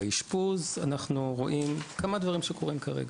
באשפוז אנחנו רואים כמה דברים שקורים כרגע: